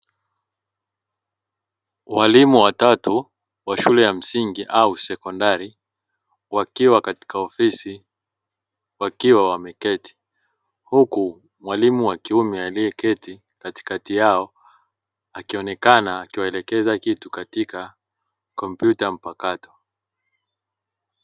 Walimu watatu wa shule ya msingi au sekondari wakiwa katika ofisi wakiwa wameketi, huku mwalimu wakiume aliyeketi katikati yao akionekana akiwaelekeza kitu katika kompyuta mpakato.